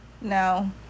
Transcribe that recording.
No